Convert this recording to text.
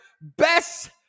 best